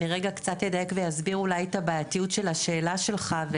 אני קצת אדייק ואסביר אולי את הבעייתיות של השאלה שלך.